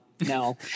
no